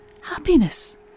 happiness